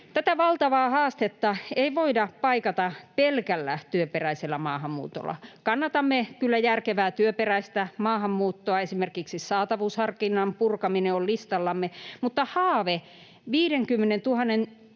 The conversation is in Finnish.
Tätä valtavaa haastetta ei voida paikata pelkällä työperäisellä maahanmuutolla. Kannatamme kyllä järkevää työperäistä maahanmuuttoa, esimerkiksi saatavuusharkinnan purkaminen on listallamme, mutta haave 50 000